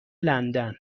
لندن